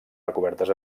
recobertes